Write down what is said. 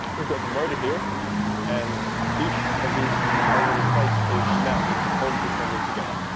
we've got the motor here and each of these aluminium plates is a mount that just holds the assembly together.